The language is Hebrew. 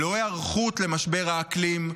ללא היערכות למשבר האקלים,